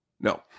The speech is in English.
No